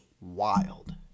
wild